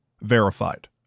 verified